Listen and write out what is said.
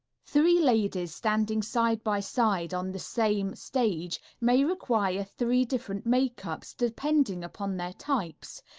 three ladies standing side by side on the same stage may require three different makeups, depending upon their types,